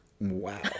Wow